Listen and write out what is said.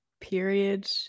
period